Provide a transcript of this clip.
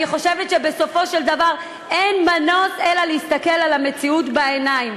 אני חושבת שבסופו של דבר אין מנוס מהסתכלות על המציאות בעיניים.